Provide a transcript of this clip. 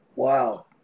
Wow